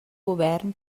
govern